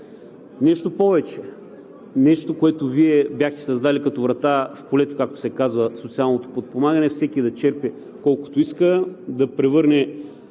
Нещо повече – нещо, което Вие бяхте създали като врата в полето, както се казва, социалното подпомагане – всеки да черпи колкото иска, да превърне